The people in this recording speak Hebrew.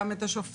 גם את השופטים,